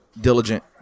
diligent